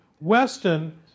Weston